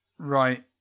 Right